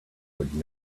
would